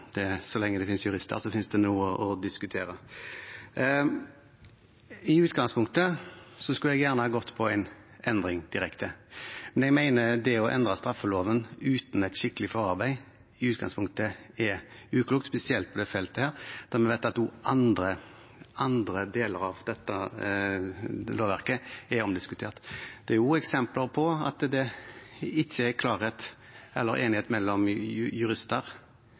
så lenge det finnes jurister, finnes det noe å diskutere. I utgangspunktet skulle jeg gjerne ha gått direkte inn for en endring, men jeg mener at det å endre straffeloven uten et skikkelig forarbeid er uklokt, spesielt på dette feltet, hvor vi vet at også andre deler av dette lovverket er omdiskutert. Det er også eksempler på at det ikke er enighet mellom jurister